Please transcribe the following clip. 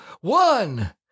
one